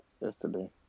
yesterday